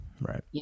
Right